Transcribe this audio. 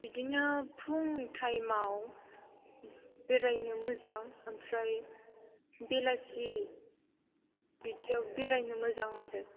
बिदिनो फुंनि टाइमाव बेरायनो मोजां ओमफ्राय बेलासि बिदियाव बेरायनो मोजां आरो